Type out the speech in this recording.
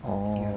orh